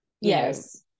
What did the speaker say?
yes